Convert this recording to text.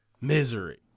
misery